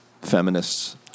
feminists